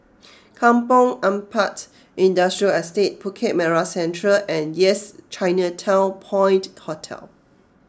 Kampong Ampat Industrial Estate Bukit Merah Central and Yes Chinatown Point Hotel